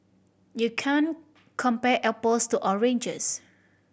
you can't compare apples to oranges